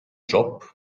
job